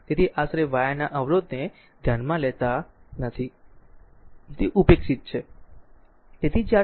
તેથી આશરે વાયરના અવરોધને ધ્યાનમાં લેતા નથી તે ઉપેક્ષિત છે